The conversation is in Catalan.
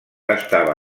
estava